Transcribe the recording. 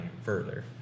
further